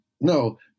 No